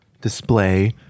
display